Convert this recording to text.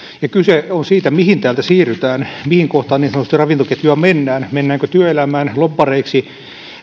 ja kyse on siitä mihin täältä siirrytään mihin kohtaan niin sanotusti ravintoketjua mennään mennäänkö työelämään lobbareiksi